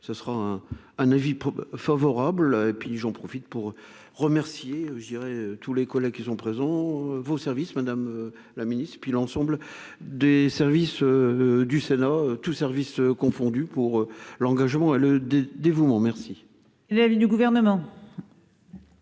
ce sera un un avis favorable et puis j'en profite pour remercier je dirais tous les collègues qui sont présents, vos services, madame la ministre, et puis l'ensemble des services du Sénat, tous services confondus pour l'engagement et le dévouement merci. L'avis du gouvernement.